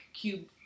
cube